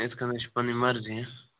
اِتھ کٔنۍ حظ چھِ پَنٕنۍ مَرضی ہاں